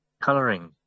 colouring